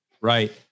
Right